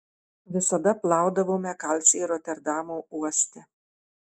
visada plaudavome kalcį roterdamo uoste